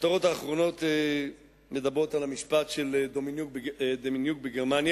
הכותרות האחרונות מדברות על המשפט של דמיאניוק בגרמניה.